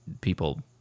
People